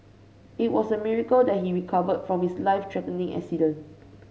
it was a miracle that he recovered from his life threatening accident